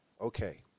Okay